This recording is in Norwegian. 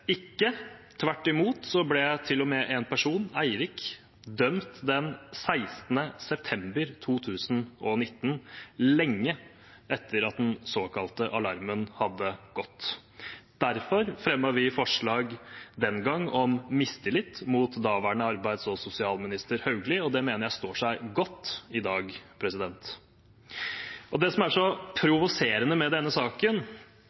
ikke. Tvert imot ble til og med en person, Eirik, dømt den 16. september 2019, lenge etter at den såkalte alarmen hadde gått. Derfor fremmet vi forslag den gang om mistillit mot daværende arbeids- og sosialminister Hauglie, og det mener jeg står seg godt i dag. Det som er så provoserende med denne saken,